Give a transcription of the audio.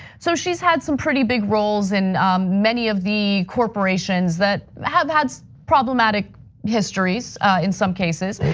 so she's had some pretty big roles in many of the corporations that have had problematic histories in some cases.